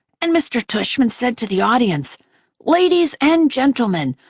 and mr. tushman said to the audience ladies and gentlemen,